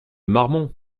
marmont